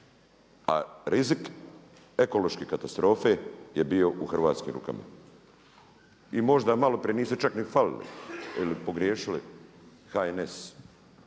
A rizik ekološke katastrofe je bio u hrvatskim rukama. I možda maloprije niste čak ni falili ili pogriješili HNS